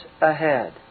ahead